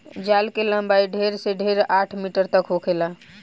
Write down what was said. जाल के लम्बाई ढेर से ढेर आठ मीटर तक होखेला